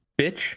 Bitch